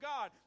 God